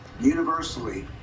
universally